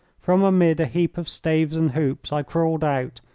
from amid a heap of staves and hoops i crawled out,